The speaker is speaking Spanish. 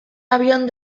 avión